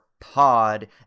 pod